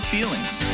Feelings